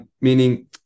meaning